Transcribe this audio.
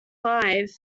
live